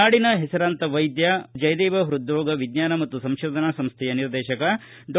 ನಾಡಿನ ಹೆಸರಾಂತ ವೈದ್ಯ ಜಯದೇವ ಪೃದ್ರೋಗ ವಿಜ್ಞಾನ ಮತ್ತು ಸಂಶೋಧನಾ ಸಂಶೈಯ ನಿರ್ದೇಶಕ ಡಾ